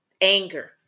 Anger